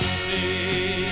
see